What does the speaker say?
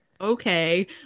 okay